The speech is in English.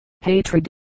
hatred